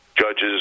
judges